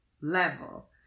level